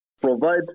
provide